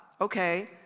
Okay